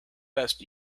best